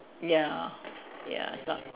ya ya s~